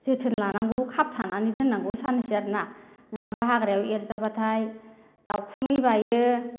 जोथोन लानांगौ खाबथानानै दोननांगौ साननैसो आरोना नङाबा हाग्रायाव एरजाबाथाय दाउखुमै बायो